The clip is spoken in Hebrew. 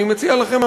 אני מציע לכם,